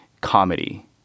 comedy